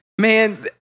man